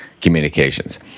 communications